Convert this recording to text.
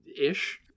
Ish